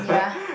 ya